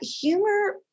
Humor